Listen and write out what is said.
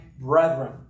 brethren